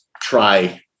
try